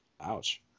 Ouch